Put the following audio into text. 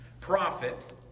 prophet